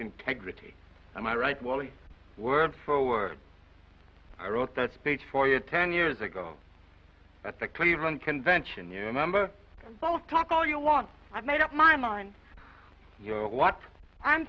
integrity and i write wiley word for word i wrote that speech for you ten years ago at the cleveland convention your member both talk all you want i've made up my mind you know what i'm